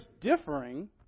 differing